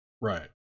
right